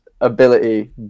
ability